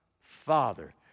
Father